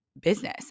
business